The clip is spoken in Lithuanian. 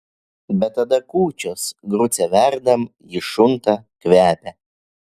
bet tada kūčios grucę verdam ji šunta kvepia